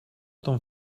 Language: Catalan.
ton